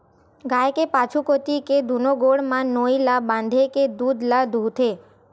गाय के पाछू कोती के दूनो गोड़ म नोई ल बांधे के दूद ल दूहूथे